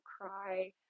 cry